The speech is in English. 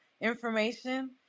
information